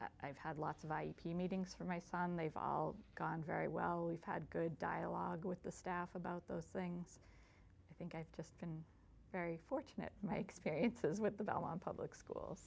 schools i've had lots of ip meetings for my son they've all gone very well we've had good dialogue with the staff about those things i think i've just been very fortunate in my experiences with the bell on public schools